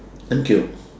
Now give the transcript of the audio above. thank you